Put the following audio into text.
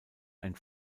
ein